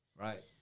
right